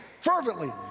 fervently